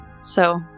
so-